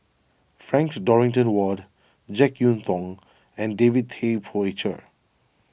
Frank Dorrington Ward Jek Yeun Thong and David Tay Poey Cher